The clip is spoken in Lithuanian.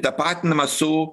tapatinama su